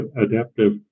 adaptive